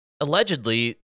Allegedly